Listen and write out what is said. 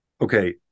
Okay